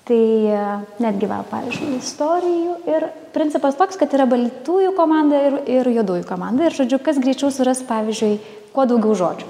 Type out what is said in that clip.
tai netgi vėl pavyzdžiui istorijų ir principas toks kad yra baltųjų komanda ir ir juodųjų komanda ir žodžiu kas greičiau suras pavyzdžiui kuo daugiau žodžių